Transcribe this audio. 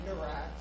Iraq